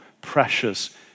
precious